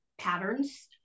patterns